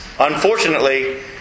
Unfortunately